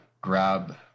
grab